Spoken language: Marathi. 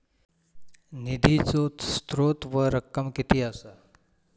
निधीचो स्त्रोत व रक्कम कीती असा?